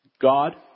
God